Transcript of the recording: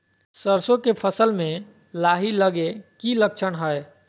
सरसों के फसल में लाही लगे कि लक्षण हय?